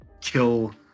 kill